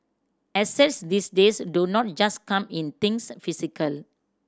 assets these days do not just come in things physical